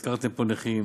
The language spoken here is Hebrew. הזכרתם פה נכים,